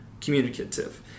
communicative